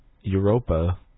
Europa